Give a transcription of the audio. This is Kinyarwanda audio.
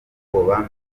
ubwoba